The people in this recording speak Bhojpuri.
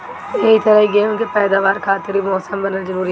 एही तरही गेंहू के पैदावार खातिर भी मौसम बनल जरुरी हवे